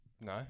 No